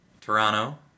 Toronto